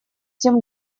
тем